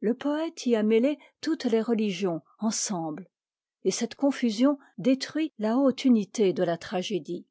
le poëte y a mêlé toutes les religions ensemble et cette confusion détruit la haute unité de la tragédie